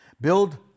Build